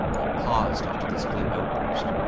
i paused after this glib outburst.